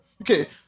Okay